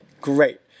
Great